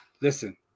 listen